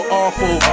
awful